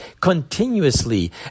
continuously